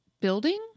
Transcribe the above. building